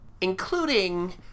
Including